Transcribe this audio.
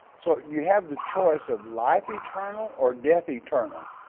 so you have the choice of life eternal or death eternal.